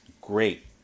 great